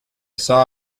saw